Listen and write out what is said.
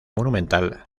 monumental